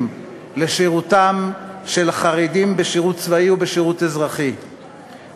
לשירותם של חרדים בשירות צבאי ובשירות אזרחי,